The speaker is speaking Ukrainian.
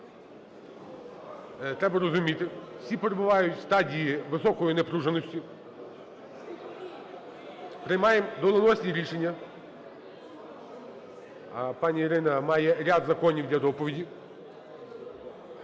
Треба розуміти, всі перебувають в стадії високої напруженості, приймаємо доленосні рішення. А пані Ірина має ряд законів для доповіді.